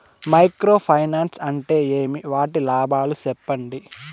Micro finance అంటే ఏమి? వాటి లాభాలు సెప్పండి?